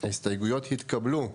0 ההסתייגויות התקבלו.